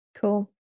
Cool